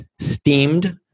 steamed